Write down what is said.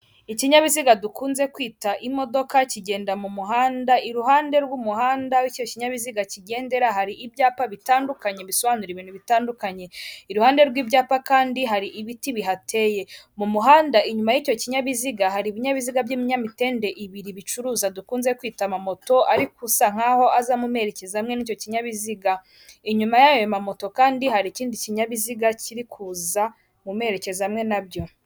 Ikinyabiziga dukunze kwita imodoka kigenda mu muhanda iruhande rw'umuhanda w'icyo kinyabiziga kigendera hari ibyapa bitandukanye bisobanura ibintu bitandukanye, iruhande rw'ibyapa kandi hari ibiti bihateye mu muhanda inyuma y'icyo kinyabiziga hari ibinyabiziga by'ibinyamitende ibiri bicuruza dukunze kwita ama moto ariko usa nk nkaho azamoperekeza hamwe n'icyo kinyabiziga inyuma y yaayo mamoto kandi hari ikindi kinyabiziga kiri kuza mu merekeza amwe nabyo